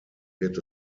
wird